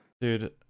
dude